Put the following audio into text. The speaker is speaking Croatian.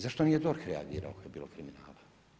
Zašto nije DORH reagirao ako je bilo kriminala?